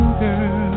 girl